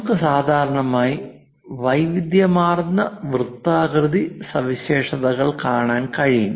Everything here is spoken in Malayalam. നമുക്ക് സാധാരണയായി വൈവിധ്യമാർന്ന വൃത്താകൃതി സവിശേഷതകൾ കാണാൻ കഴിയും